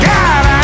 God